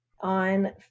on